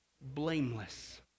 blameless